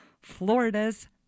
Florida's